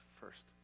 first